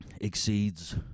exceeds